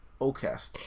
Ocast